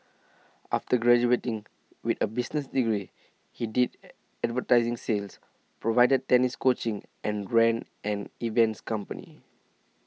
after graduating with a business degree he did advertising sins provided tennis coaching and ran an events company